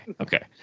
Okay